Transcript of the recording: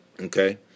okay